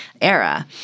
era